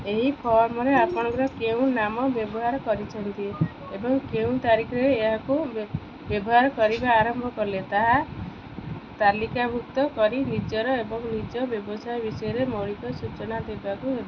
ଏହି ଫର୍ମରେ ଆପଣଙ୍କର କେଉଁ ନାମ ବ୍ୟବହାର କରିଛନ୍ତି ଏବଂ କେଉଁ ତାରିଖରେ ଏହାକୁ ବ୍ୟ ବ୍ୟବହାର କରିବା ଆରମ୍ଭ କଲେ ତାହା ତାଲିକାଭୁକ୍ତ କରି ନିଜର ଏବଂ ନିଜ ବ୍ୟବସାୟ ବିଷୟରେ ମୌଳିକ ସୂଚନା ଦେବାକୁ ହେବ